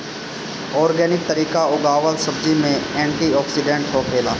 organic तरीका उगावल सब्जी में एंटी ओक्सिडेंट होखेला